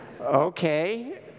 Okay